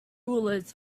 rulers